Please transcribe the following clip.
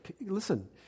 listen